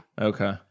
Okay